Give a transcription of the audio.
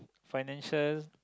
financial